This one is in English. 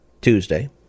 Tuesday